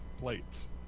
plates